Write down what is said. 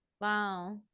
Wow